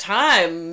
time